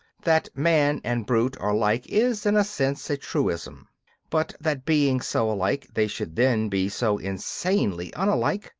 that man and brute are like is, in a sense, a truism but that being so like they should then be so insanely unlike,